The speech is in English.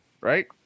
right